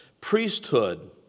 priesthood